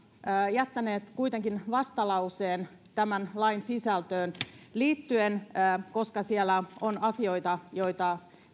jättäneet kuitenkin vastalauseen tämän lain sisältöön liittyen koska siellä on asioita joita